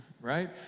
right